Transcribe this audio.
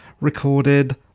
recorded